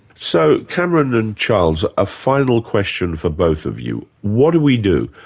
so cameron and charles, a final question for both of you what do we do?